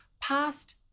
past